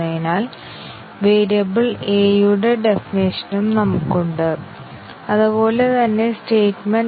അതിനാൽ linearly independent ആയ പാത്തുകളുടെ നിർവചനം അതാണ്